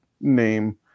name